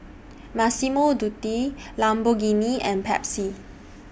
Massimo Dutti Lamborghini and Pepsi